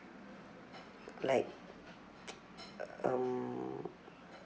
like um